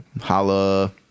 Holla